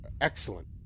excellent